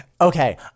okay